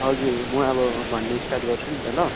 हजुर म अब भन्नु स्टार्ट गर्छु नि त ल